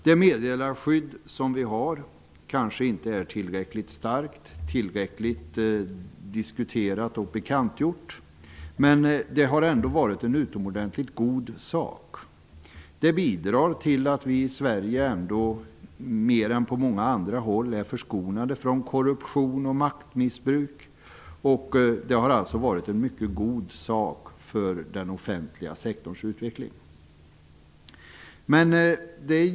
Det meddelarskydd som vi har kanske inte är tillräckligt starkt, tillräckligt diskuterat och tillräckligt bekantgjort. Men det har ändå varit en utomordentligt god sak. Det bidrar till att vi i Sverige, mer än på många andra håll, är förskonade från korruption och maktmissbruk. Meddelarskyddet har alltså varit en mycket god sak för den offentliga sektorns utveckling.